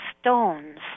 stones